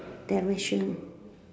direction